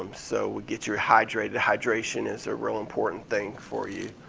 um so we get you hydrated, hydration is a real important thing for you.